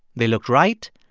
they looked right,